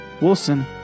Wilson